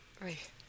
Right